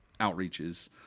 outreaches –